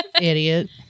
Idiot